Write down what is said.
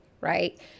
right